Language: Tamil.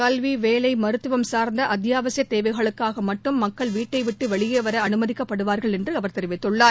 கல்வி வேலை மருத்துவம் சார்ந்த அத்தியாவசிய தேவைகளுக்காக மட்டும் மக்கள் வீட்டை விட்டு வெளியே வர அமைதிக்கப்படுவார்கள் என்று அவர் தெரிவித்துள்ளார்